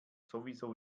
sowieso